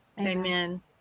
Amen